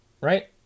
Right